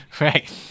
Right